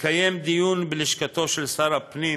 התקיים דיון בלשכתו של שר הפנים